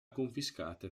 confiscate